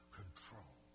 control